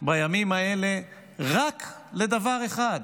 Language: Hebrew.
בימים האלה רק לדבר אחד,